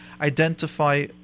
identify